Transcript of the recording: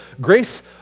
grace